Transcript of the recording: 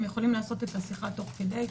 הם יכולים לעשות את השיחה תוך כדי.